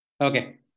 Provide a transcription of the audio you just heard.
Okay